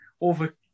over